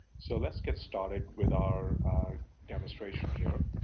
so let's get started with our demonstration here.